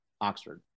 Oxford